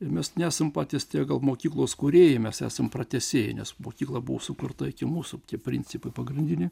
tai mes nesam patys tie gal mokyklos kūrėjai mes esam pratęsėjai nes mokykla buvo sukurta iki mūsų tie principai pagrindiniai